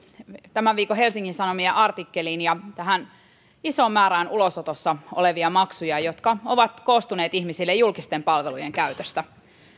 tämän viikon helsingin sanomien artikkeliin ja tähän isoon määrään ulosotossa olevia maksuja jotka ovat koostuneet ihmisten julkisten palvelujen käytöstä